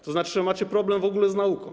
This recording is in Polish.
To znaczy, że macie problem w ogóle z nauką.